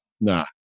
nah